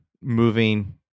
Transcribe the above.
moving